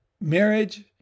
marriage